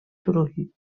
turull